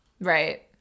Right